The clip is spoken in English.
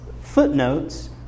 footnotes